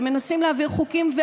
מנסים להעביר חוקים,